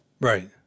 Right